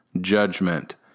judgment